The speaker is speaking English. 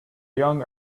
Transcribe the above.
young